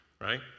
right